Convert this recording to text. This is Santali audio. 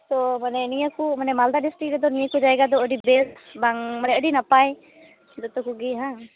ᱛᱚ ᱢᱟᱱᱮ ᱱᱤᱭᱟᱹ ᱠᱚ ᱢᱟᱱᱮ ᱢᱟᱞᱫᱟ ᱰᱤᱥᱴᱤᱠ ᱨᱮᱫᱚ ᱱᱤᱭᱟᱹ ᱠᱚ ᱡᱟᱭᱜᱟ ᱫᱚ ᱟᱹᱰᱤ ᱵᱮᱥ ᱵᱟᱝ ᱢᱟᱱᱮ ᱟᱹᱰᱤ ᱱᱟᱯᱟᱭ ᱡᱚᱛᱚ ᱠᱚᱜᱮ ᱵᱟᱝ